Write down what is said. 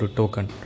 token